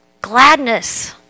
gladness